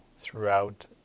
throughout